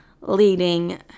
leading